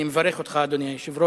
אני מברך אותך, אדוני היושב-ראש,